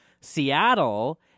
Seattle